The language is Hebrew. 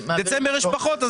בדצמבר יש פחות.